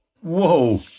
Whoa